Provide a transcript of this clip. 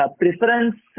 preference